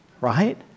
Right